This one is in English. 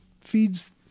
feeds